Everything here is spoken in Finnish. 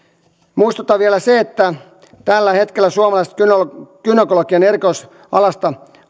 muistutan vielä siitä että tällä hetkellä suomalaiset gynekologian gynekologian erikoisalasta